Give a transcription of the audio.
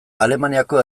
alemaniako